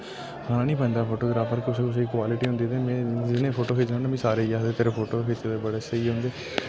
निं बनदा फोटोग्राफर कुसै कुसै दी कुआलटी होंदी ते में जने फोटो खिच्चना होंना मिगी सारे इ'यै आखदे कि तेरे फोटो खिच्चे दे बड़े स्हेई होंदे